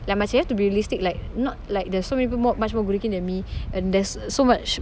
like must have to realistic like not like there's so many people much more good looking than me and there's so much